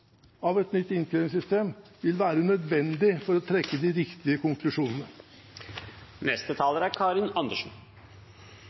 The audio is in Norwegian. av et nytt innkrevingssystem, vil være nødvendig for å trekke de riktige konklusjonene.